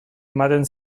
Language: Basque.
ematen